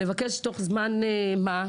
לבקש תוך זמן מה,